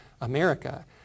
America